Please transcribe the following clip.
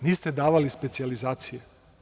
Niste davali specijalizacije.